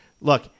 look